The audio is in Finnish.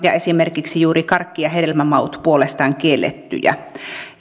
ja esimerkiksi juuri karkki ja hedelmämaut puolestaan kiellettyjä